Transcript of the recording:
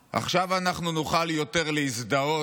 עכשיו אנחנו נוכל יותר להזדהות